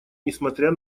несмотря